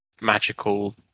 magical